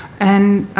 and,